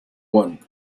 one